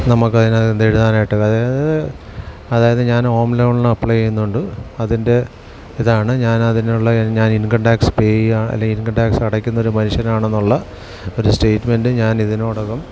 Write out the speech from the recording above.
നമുക്ക് അതിനകത്ത് എഴുതാനായിട്ട് അതായതത് അതായത് ഞാൻ ഹോം ലോണിന് അപ്ലൈ ചെയ്യുന്നുണ്ട് അതിൻ്റെ ഇതാണ് ഞാൻ അതിനുള്ള ഞാൻ ഇൻകം ടാക്സ് പേ ചെയ്യുക അല്ലെങ്കിൽ ഇൻകം ടാക്സ് അടയ്ക്കുന്നൊരു മനുഷ്യനാണെന്നുള്ള ഒരു സ്റ്റേറ്റ്മെൻ്റ് ഞാനിതിനോടകം